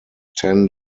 ten